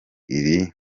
iri